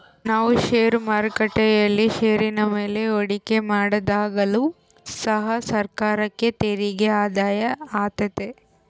ನಾವು ಷೇರು ಮಾರುಕಟ್ಟೆಯಲ್ಲಿ ಷೇರಿನ ಮೇಲೆ ಹೂಡಿಕೆ ಮಾಡಿದಾಗಲು ಸಹ ಸರ್ಕಾರಕ್ಕೆ ತೆರಿಗೆ ಆದಾಯ ಆತೆತೆ